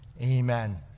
Amen